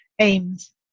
aims